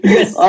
Yes